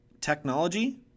technology